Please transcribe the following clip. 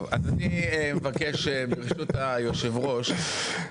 טוב, אז אני מבקש ברשות יושב הראש.